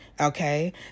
Okay